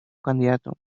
candidato